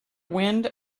wind